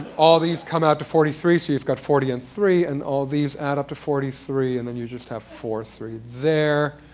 all of these come out to forty three. so you've got forty and three. and all these add up to forty three. and then you just have four, three, there.